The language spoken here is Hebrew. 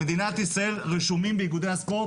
במדינת ישראל רשומים באיגודי הספורט